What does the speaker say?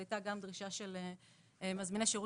זו הייתה גם דרישה של מזמיני שירות,